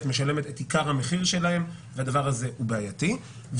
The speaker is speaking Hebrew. משלמת את עיקר המחיר שלהן והדבר הזה הוא בעייתי.